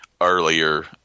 earlier